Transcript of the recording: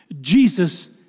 Jesus